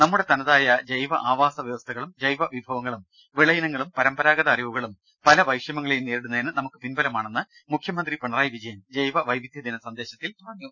നമ്മുടെ തനതായ ജൈവ ആവാസ വ്യവസ്ഥകളും ജൈവ വിഭവങ്ങളും വിളയിനങ്ങളും പരമ്പരാഗത അറിവുകളും പല വൈഷമ്യങ്ങളെയും നേരിടുന്നതിന് നമുക്ക് പിൻബലമാണെന്ന് മുഖ്യമന്ത്രി പിണറായി വിജയൻ ജൈവവൈവിധ്യ ദിനസന്ദേശത്തിൽ പറഞ്ഞു